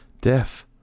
Death